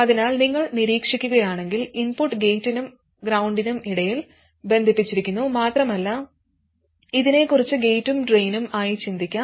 അതിനാൽ നിങ്ങൾ നിരീക്ഷിക്കുകയാണെങ്കിൽ ഇൻപുട്ട് ഗേറ്റിനും ഗ്രൌണ്ടിനും ഇടയിൽ ബന്ധിപ്പിച്ചിരിക്കുന്നു മാത്രമല്ല ഇതിനെക്കുറിച്ച് ഗേറ്റും ഡ്രെയിനും ആയി ചിന്തിക്കാം